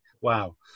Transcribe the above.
Wow